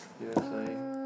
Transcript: here sign